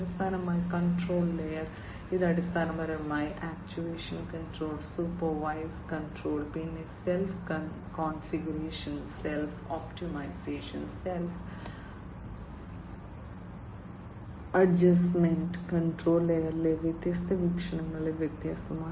അവസാനമായി control layer ഇത് അടിസ്ഥാനപരമായി ആക്ച്വേഷൻ കൺട്രോൾ സൂപ്പർവൈസ്ഡ് കൺട്രോൾ പിന്നെ self configuration self optimisation self adjustment control ലെയറിലെ വ്യത്യസ്ത വീക്ഷണങ്ങളിൽ വ്യത്യസ്തമാണ്